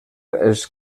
els